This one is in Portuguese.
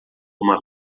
uma